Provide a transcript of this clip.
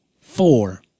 Four